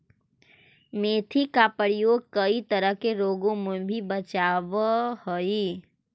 मेथी का प्रयोग कई तरह के रोगों से भी बचावअ हई